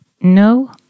no